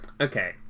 Okay